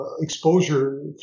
exposure